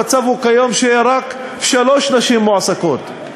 המצב כיום הוא שרק שלוש נשים מועסקות.